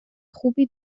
خوبی